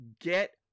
get